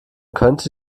könnte